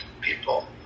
people